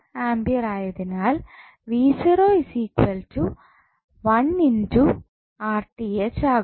ആകും